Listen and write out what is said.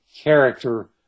character